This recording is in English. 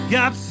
got